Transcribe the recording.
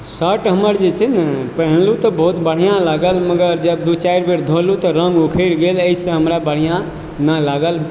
shirt हमर जे छै न पहिनलू तऽ बहुत बढिआँ लागल मगर जब दू चारि बेर धोलू तऽ रंग उखरि गेल एहिसँ हमरा बढिआँ ना लागल